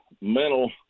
mental